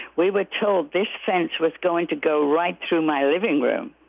we were told this fence was going to go right through my living room.